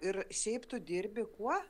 ir šiaip tu dirbi kuo